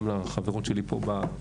גם לחברות שלי פה בוועדה.